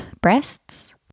breasts